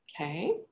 Okay